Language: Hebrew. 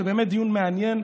זה באמת דיון מעניין,